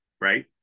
right